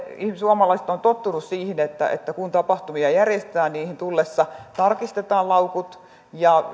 suomalaiset ovat tottuneet siihen että että kun tapahtumia järjestetään niihin tullessa tarkistetaan laukut ja